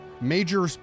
major